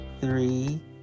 three